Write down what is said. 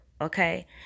Okay